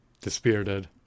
dispirited